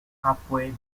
halfway